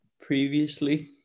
previously